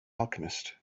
alchemist